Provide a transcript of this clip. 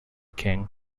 king